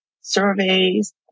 surveys